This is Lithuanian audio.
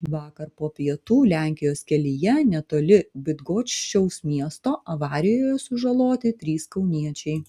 vakar po pietų lenkijos kelyje netoli bydgoščiaus miesto avarijoje sužaloti trys kauniečiai